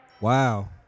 Wow